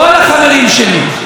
כל החברים שלי,